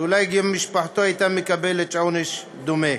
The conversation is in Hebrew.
ואולי גם משפחתו הייתה מקבלת עונש דומה.